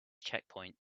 checkpoints